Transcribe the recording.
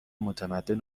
متمدن